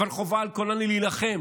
אבל חובה על כולנו להילחם